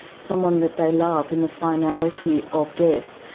someone that they love and the finality of death.